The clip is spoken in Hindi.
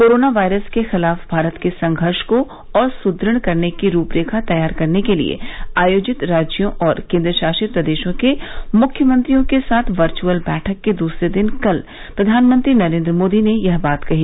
कोरोना वायरस के खिलाफ भारत के संघर्ष को और सुदृढ़ करने की रूपरेखा तैयार करने के लिए आयोजित राज्यों और केन्द्रशासित प्रदेशों के मुख्यमंत्रियों के साथ वर्च्अल बैठक के दूसरे दिन कल प्रधानमंत्री नरेन्द्र मोदी ने यह बात कही